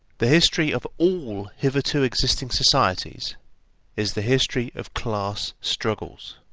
the history of all hitherto existing societies is the history of class struggles.